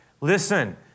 listen